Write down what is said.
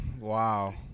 Wow